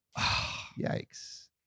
Yikes